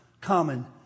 common